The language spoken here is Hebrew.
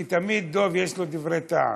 כי תמיד דב, יש לו דברי טעם.